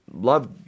love